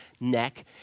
neck